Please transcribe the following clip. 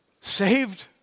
saved